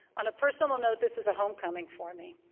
on a personal note, this is a homecoming for me.